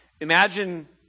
Imagine